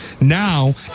Now